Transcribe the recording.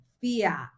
fear